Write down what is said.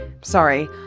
Sorry